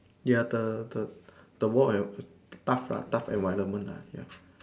ya the the the work environ~ tough lah tough environment lah ya